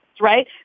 right